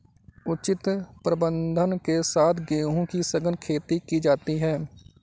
उचित प्रबंधन के साथ गेहूं की सघन खेती की जाती है